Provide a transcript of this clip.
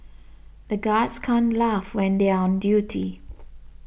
the guards can't laugh when they are on duty